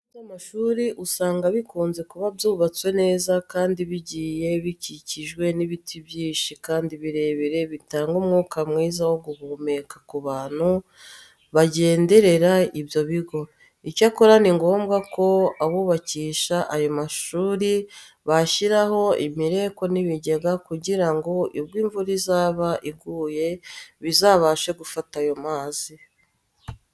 Ibigo by'amashuri usanga bikunze kuba byubatse neza kandi bigiye bikikijwe n'ibiti byinshi kandi birebire bitanga umwuka mwiza wo guhumeka ku bantu bagenderera ibyo bigo. Icyakora ni ngombwa ko abubakisha ayo mashuri bashyiraho imireko n'ibigega kugira ngo ubwo imvura izaba iguye bizabashe gufata ayo mazi.